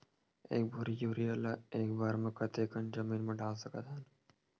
एक बोरी यूरिया ल एक बार म कते कन जमीन म डाल सकत हन?